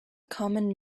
common